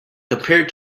compared